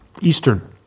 eastern